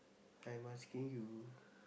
I'm asking you